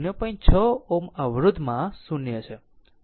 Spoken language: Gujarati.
6 Ω અવરોધમાં 0 છે